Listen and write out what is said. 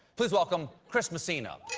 please welcome chris messina!